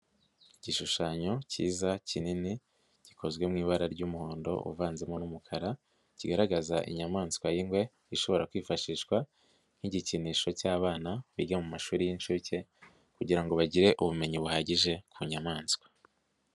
Igishushanyo cyiza kinini gikozwe mu ibara ry'umuhondo uvanzemo n'umukara kigaragaza inyamaswa y'ingwe ishobora kwifashishwa nk'igikinisho cy'abana biga mu mashuri y'inshuke kugira ngo bagire ubumenyi buhagije ku nyamaswa.